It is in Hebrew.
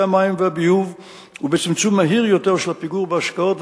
המים והביוב ובצמצום מהיר יותר של הפיגור בהשקעות,